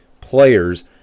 players